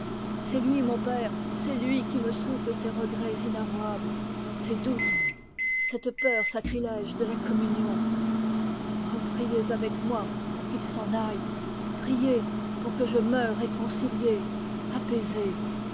c'est lui mon père c'est lui qui me souffle ces regrets inavouables ces doutes cette peur sacrilège de la communion oh priez avec moi pour qu'il s'en aille priez pour que je meure réconcilié mais